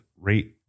rate